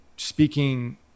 speaking